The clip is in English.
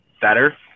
better